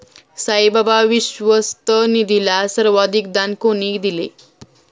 साईबाबा विश्वस्त निधीला सर्वाधिक दान कोणी दिले?